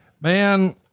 Man